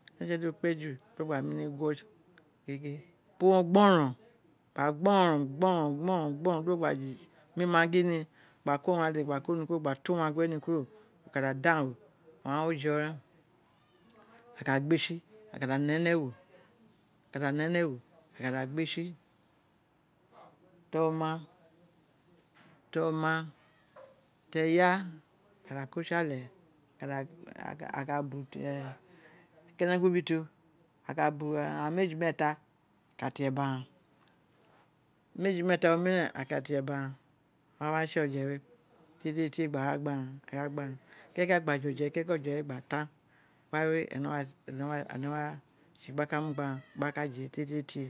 ma je di kpe ji do gba mi ni gwo gege bi o gborou gba gborou gborou gborou gborou do gba ji mi maggi ni gba ko urun ghan we gba ko no gba tu uwagwe ni kuro o ka ka dangbo aiu oje re a ka gbe tsi a ka ne ne wo a ka da gbe tsi toma toma teya aka da ko tsi ale aka nu te kene ku bin toro a ka agha meji meeta a ka te eba ghan meji meeta omiren a ka te eba ghan a wa tse oje we tietietie gba gha gba ghan keke a gba ije oje we keke oje gba tan wawe ene wa tse gba uu gba ghan gba ka je tietietie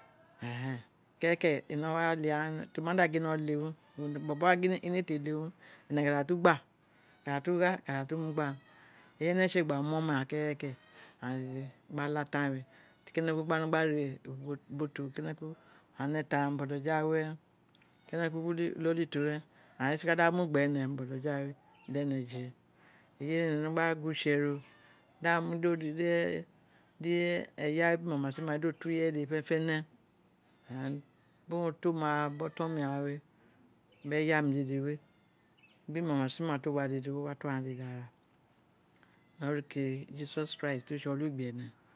kekeke ino wa le aghan to ma da gin ino le wun bobo wa gin ino een te le wun ene ka datu gba ene ka ka datu gha aka datu mu gbagbhan eyi ene tse gba mu omeghan kekeke aghan dede gba la tan we kene ku gba re ubo toro keneka aghan ne tanghan boto jawe ren keneku wi ni iloli toro wi ni iloli ro ren aghan ee si ka mu gbe ne boto ja we ren dene je eji ene no gba gwo itse no da mu de eja biri mama sima do ko ireye dede fene fene and bo to mara biri otou mi ghan we biri eyi mi dede we biri mama sima to wa dede owa to aghan dede ara ni opuko ijisos christ to tse olugbe ene